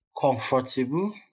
comfortable